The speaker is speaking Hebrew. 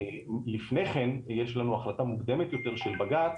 לפני כן יש לנו החלטה מוקדמת יותר של בג"ץ